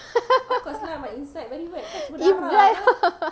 if dry how